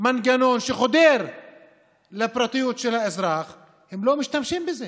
מנגנון שחודר לפרטיות של האזרח לא משתמשים בזה